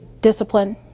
discipline